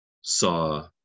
saw